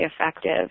effective